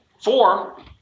four